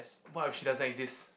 what if she doesn't exist